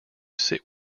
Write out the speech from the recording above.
sit